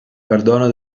perdono